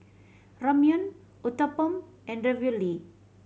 Ramyeon Uthapam and Ravioli